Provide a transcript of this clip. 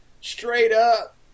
straight-up